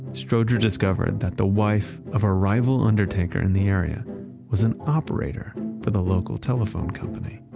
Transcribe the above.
strowger discovered that the wife of a rival undertaker in the area was an operator for the local telephone company.